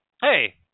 Hey